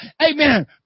Amen